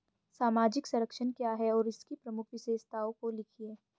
सामाजिक संरक्षण क्या है और इसकी प्रमुख विशेषताओं को लिखिए?